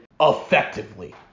effectively